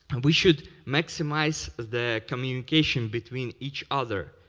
and we should maximize the communication between each other,